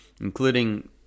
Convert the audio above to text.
including